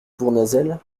bournazel